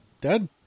dead